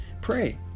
pray